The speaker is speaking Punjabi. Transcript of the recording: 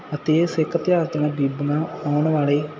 ਅਤੇ ਇਹ ਸਿੱਖ ਇਤਿਹਾਸ ਦੀਆਂ ਬੀਬੀਆਂ ਆਉਣ ਵਾਲੇ